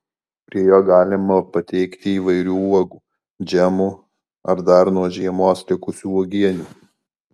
prie jo galima pateikti įvairių uogų džemų ar dar nuo žiemos likusių uogienių